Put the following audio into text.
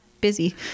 busy